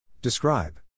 Describe